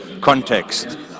context